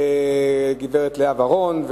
גברת לאה ורון,